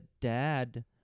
dad